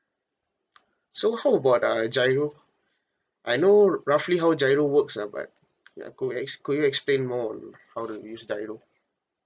so how about uh giro I know roughly how giro works ah but ya could ex~ could you explain more on how to use giro